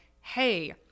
hey